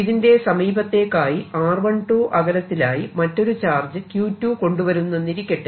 ഇതിന്റെ സമീപത്തേക്കായി r12 അകലത്തിലായി മറ്റൊരു ചാർജ് Q2 കൊണ്ടുവരുന്നെന്നിരിക്കട്ടെ